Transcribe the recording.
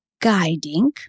guiding